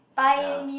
ya